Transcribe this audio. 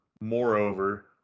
moreover